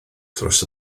dros